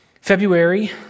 February